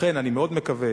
לכן אני מאוד מקווה